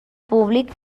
públic